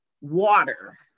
water